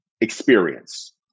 experience